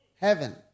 heaven